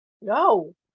No